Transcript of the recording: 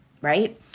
right